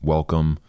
Welcome